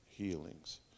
healings